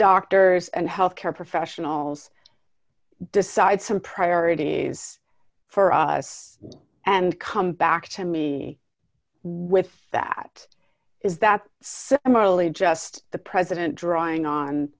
doctors and health care professionals decide some priorities for us and come back to me with that is that similarly just the president drawing on